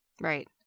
Right